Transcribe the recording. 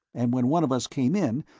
and when one of us came in,